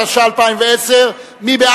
התש"ע 2010. החלטת